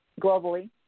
globally